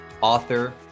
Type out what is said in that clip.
author